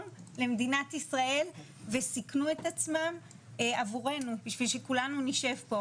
למען ההגינות ואני רואה שיש פה את מה שהתכוונתי להגיד בשקף הבא.